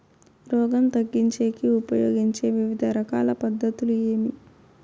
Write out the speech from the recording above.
రోగం తగ్గించేకి ఉపయోగించే వివిధ రకాల పద్ధతులు ఏమి?